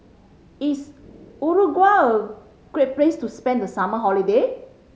is Uruguay a great place to spend the summer holiday